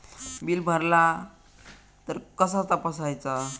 Bill भरला तर कसा तपसायचा?